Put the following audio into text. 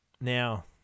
now